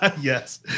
Yes